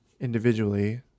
Individually